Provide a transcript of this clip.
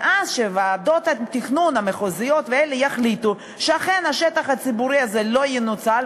ואז שוועדות התכנון המחוזיות יחליטו שאכן השטח הציבורי הזה לא ינוצל,